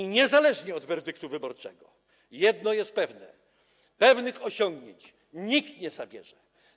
I niezależnie od werdyktu wyborczego jedno jest pewne: pewnych osiągnięć nikt nie zabierze.